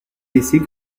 laissé